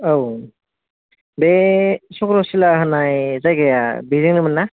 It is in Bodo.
औ बे सक्रचिला होननाय जायगाया बेजोंनो मोनना